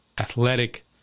athletic